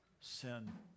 sin